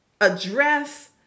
address